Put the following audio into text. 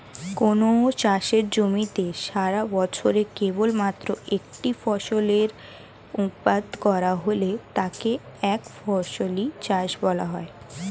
কোনও চাষের জমিতে সারাবছরে কেবলমাত্র একটি ফসলের উৎপাদন করা হলে তাকে একফসলি চাষ বলা হয়